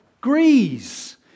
grease